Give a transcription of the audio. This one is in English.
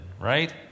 right